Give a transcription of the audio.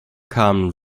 kamen